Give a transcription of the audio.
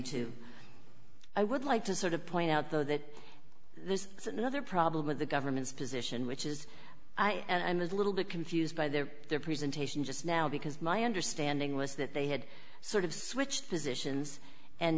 two i would like to sort of point out though that there's another problem with the government's position which is and i'm a little bit confused by their their presentation just now because my understanding was that they had sort of switched positions and